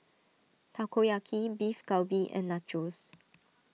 Takoyaki Beef Galbi and Nachos